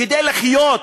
כדי לחיות,